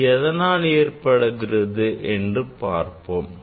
இது எதனால் ஏற்படுகிறது என்று பார்ப்போம்